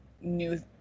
new